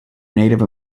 native